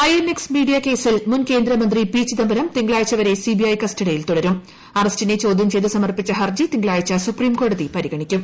I N X media കേസിൽ മുൻ കേന്ദ്രമന്ത്രി പി ചിദംബരം തിങ്കളാഴ്ചവരെ സി ബി ഐ കസ്റ്റഡിയിൽ തുടരും അറസ്റ്റിനെ ചോദ്യം ചെയ്ത് സമർപ്പിച്ച ഹർജി തിങ്കളാഴ്ച സൂപ്രീംകോടതി പരിഗണിക്കും